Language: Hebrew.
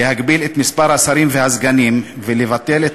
להגביל את מספר השרים והסגנים ולבטל את